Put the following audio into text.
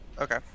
Okay